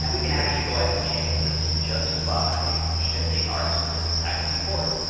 and we can actually go ahead and change this just by shifting our specific type of support.